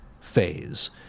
phase